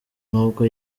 nubwo